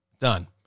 Done